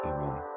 Amen